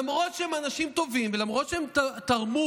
למרות שהם אנשים טובים ולמרות שהם תרמו